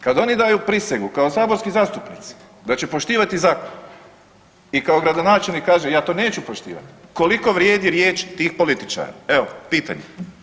Kad oni daju prisegu kao saborski zastupnici da će poštivati zakon i kao gradonačelnik kaže ja to neću poštivati koliko vrijedi riječ tih političara evo pitajte.